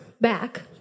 back